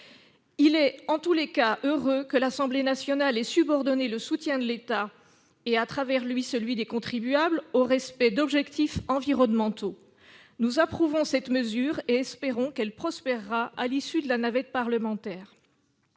Il est en tout cas heureux que l'Assemblée nationale ait subordonné le soutien de l'État, et à travers lui celui des contribuables, au respect d'objectifs environnementaux. Nous approuvons cette mesure et espérons qu'elle prospérera à l'issue de la navette parlementaire.